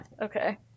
okay